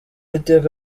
iteka